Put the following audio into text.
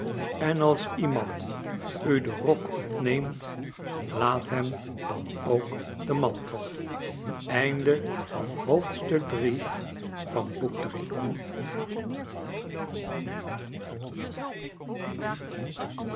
en als iemand u den rok ontneemt laat hem ook den mantel